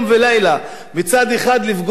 מצד אחד לפגוע בחקלאים